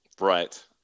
Right